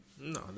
No